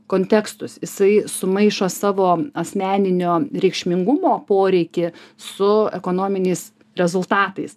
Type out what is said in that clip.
kontekstus jisai sumaišo savo asmeninio reikšmingumo poreikį su ekonominiais rezultatais